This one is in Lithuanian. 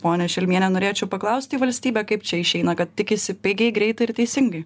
ponia šelmiene norėčiau paklausti valstybę čia išeina kad tikisi pigiai greitai ir teisingai